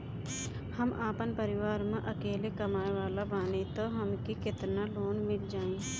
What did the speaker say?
हम आपन परिवार म अकेले कमाए वाला बानीं त हमके केतना लोन मिल जाई?